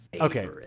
okay